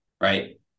right